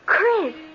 Chris